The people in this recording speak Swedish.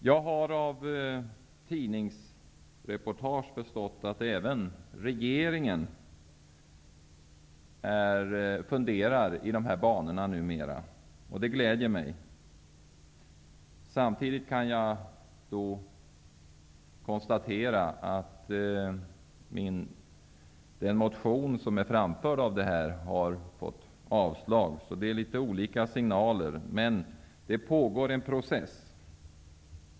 Jag har av tidningsreportage förstått att även regeringen funderar i dessa banor numera. Det gläder mig. Samtidigt kan jag konstatera att den motion som jag har lagt fram har avstyrkts. Det förekommer litet olika signaler. Men det pågår en process.